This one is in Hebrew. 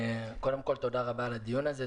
קודם כול תודה רבה על הדיון הזה,